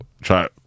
try